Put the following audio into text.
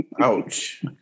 Ouch